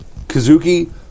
Kazuki